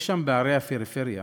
אי-שם בערי הפריפריה